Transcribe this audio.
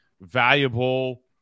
valuable